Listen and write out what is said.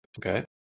okay